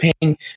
paying